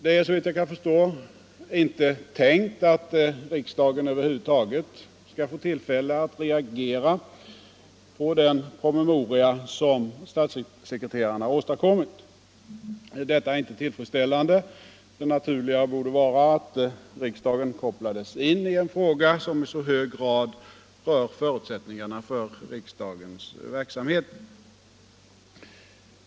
Det är, såvitt jag kan förstå, inte tänkt att riksdagen över huvud taget skall få tillfälle att reagera på den promemoria som statssekreterarna har åstadkommit. Detta är inte tillfredsställande. Det naturliga borde vara att riksdagen kopplades in på en fråga som i så hög grad rör förutsättningarna för riksdagens verksamhet.